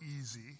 easy